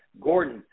Gordon